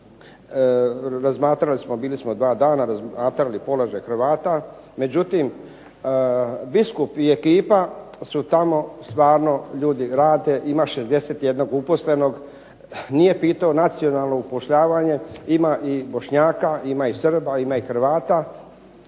razmatrali smo i bili smo dva dana, razmatrali smo položaj Hrvata. Međutim biskup i ekipa su tamo stvarno ljudi rade. Ima 61 uposlenog, nije pitao nacionalno upošljavanje. Ima i Bošnjaka, i Srba i HRvata,